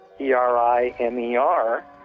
E-R-I-M-E-R